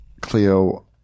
Cleo